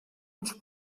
uns